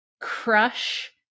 crush